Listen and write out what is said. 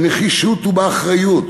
בנחישות ובאחריות,